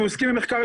אנחנו עוסקים במחקר,